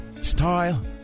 style